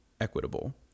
equitable